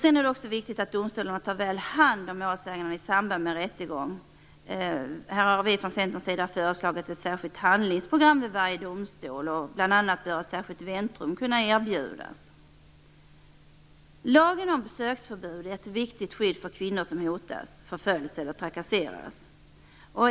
Det är också viktigt att domstolarna tar väl hand om målsäganden i samband med rättegång. Här har vi från Centerns sida föreslagit ett särskilt handlingsprogram vid varje domstol. Bl.a. bör ett särskilt väntrum kunna erbjudas. Lagen om besöksförbud är ett viktigt skydd för kvinnor som hotas av förföljelser och trakasseras.